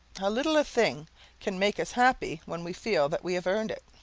how little a thing can make us happy when we feel that we have earned it!